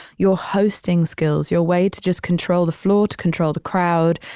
your hosting skills, your way to just control the floor, to control the crowd,